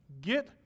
Get